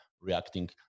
reacting